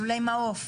או לולי מעוף.